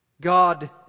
God